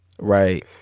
right